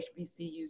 HBCUs